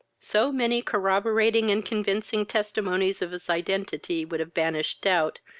so many corroborating and convincing testimonies of his identity would have banished doubt,